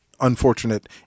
unfortunate